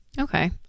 Okay